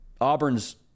Auburn's